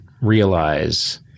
realize